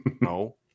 No